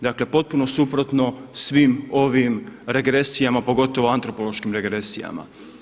Dakle potpuno suprotno svim ovim regresijama, pogotovo antropološkim regresijama.